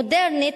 מודרנית,